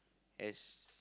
as